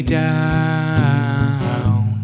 down